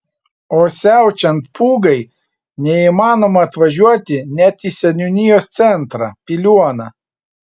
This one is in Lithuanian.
o siaučiant pūgai neįmanoma atvažiuoti net į seniūnijos centrą piliuoną